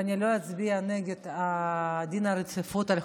ולא לשמוע את הדברים האלה.